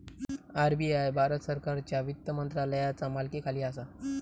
RBI Bharat सरकारच्यो वित्त मंत्रालयाचा मालकीखाली असा